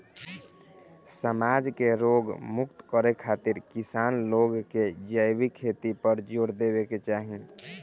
समाज के रोग मुक्त रखे खातिर किसान लोग के जैविक खेती पर जोर देवे के चाही